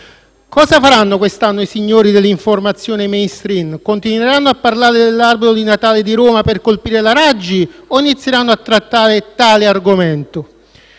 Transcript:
Cosa faranno quest'anno i signori dell'informazione *mainstream*? Continueranno a parlare dell'albero di Natale di Roma per colpire la Raggi o inizieranno a trattare tale argomento?